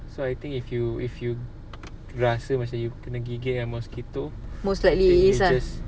most likely it is lah